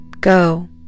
Go